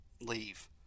leave